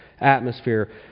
atmosphere